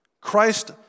Christ